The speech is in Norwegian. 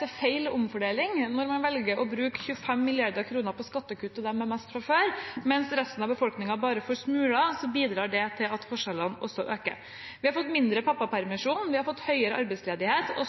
til feil omfordeling. Når man velger å bruke 25 mrd. kr på skattekutt til dem med mest fra før, mens resten av befolkningen bare får smuler, bidrar det også til at forskjellene øker. Vi har fått mindre pappapermisjon, og vi har fått høyere arbeidsledighet